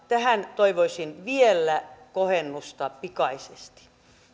tähän toivoisin vielä kohennusta pikaisesti